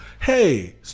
Hey